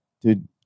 Dude